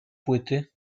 płyty